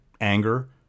anger